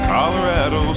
Colorado